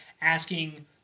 asking